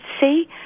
see